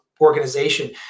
organization